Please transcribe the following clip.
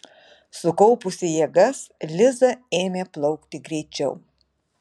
sukaupusi jėgas liza ėmė plaukti greičiau